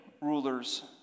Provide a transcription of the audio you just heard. rulers